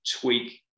tweak